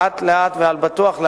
לאט לאט ועל בטוח,